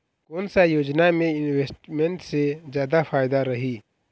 कोन सा योजना मे इन्वेस्टमेंट से जादा फायदा रही?